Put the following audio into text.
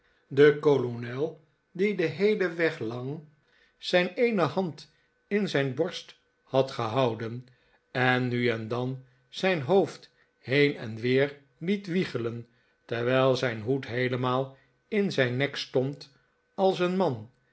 de kolonel die den heelen weg langs zijn eene hand in zijn borst had gehouden en nu en dan zijn hoofd heen en weer liet wiegelen terwijl zijn hoed heelemaal in zijn nek stond als een man